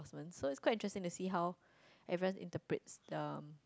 so the answer is quite interesting they see how Evan interprets the